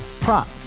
prop